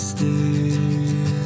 Stay